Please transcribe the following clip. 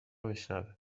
بشنوه